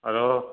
hello